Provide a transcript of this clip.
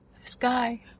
sky